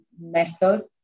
method